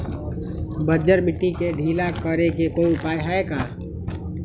बंजर मिट्टी के ढीला करेके कोई उपाय है का?